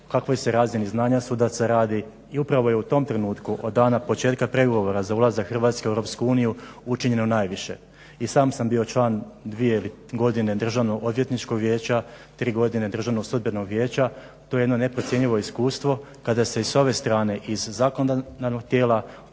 kakvoj se razini znanja sudaca radi i upravo je u tom trenutku od dana početka pregovora za ulazak Hrvatske u EU učinjeno najviše. I sam sam bio član dvije godine Državnog odvjetničkog vijeća, tri godine Državnog sudbenog vijeća. To je jedno neprocjenjivo iskustvo kada se i s ove strane iz zakonodavnog tijela